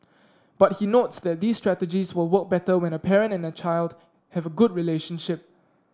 but he notes that these strategies will work better when a parent and child have a good relationship